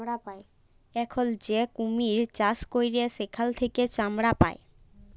এখল যে কুমির চাষ ক্যরে সেখাল থেক্যে চামড়া পায়